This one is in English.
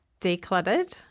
decluttered